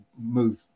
move